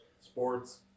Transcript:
Sports